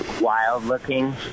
wild-looking